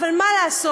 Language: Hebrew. אבל מה לעשות,